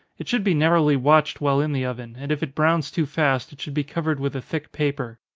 it should be narrowly watched while in the oven, and if it browns too fast, it should be covered with a thick paper.